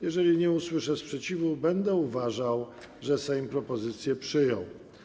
Jeżeli nie usłyszę sprzeciwu, będę uważał, że Sejm propozycję przyjął.